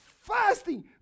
fasting